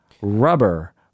rubber